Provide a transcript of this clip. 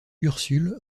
ursule